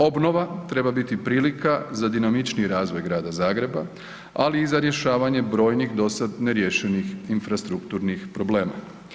Obnova treba biti prilika za dinamičniji razvoj Grada Zagreba, ali i za rješavanje brojnih dosad neriješenih infrastrukturnih problema.